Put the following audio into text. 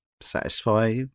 satisfy